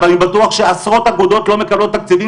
אבל אני בטוח שעשרות אגודות לא מקבלות תקציבים